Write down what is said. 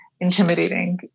intimidating